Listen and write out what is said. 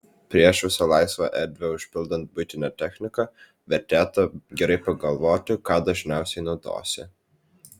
prieš visą laisvą erdvę užpildant buitine technika vertėtų gerai pagalvoti ką dažniausiai naudosi